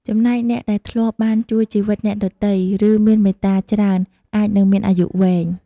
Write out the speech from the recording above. ចំណែកអ្នកដែលធ្លាប់បានជួយជីវិតអ្នកដទៃ ឬមានមេត្តាច្រើន អាចនឹងមានអាយុវែង។